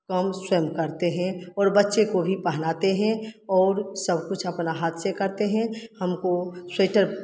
काम स्वयं करते हैं और बच्चे को भी पहनाते हैं और सब कुछ अपना हाथ से करते हैं हमको स्वेटर